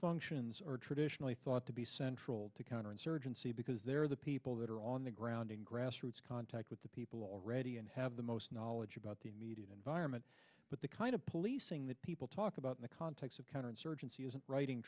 functions are traditionally thought to be central to counterinsurgency because they're the people that are on the ground in grassroots contact with the people already and have the most knowledge about the immediate environment but the kind of policing that people talk about in the context of counterinsurgency isn't writing